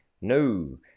no